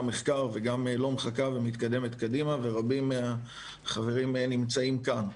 מחקר וגם לא מחכה ומתקדמת קדימה ורבים מהחברים נמצאים כאן.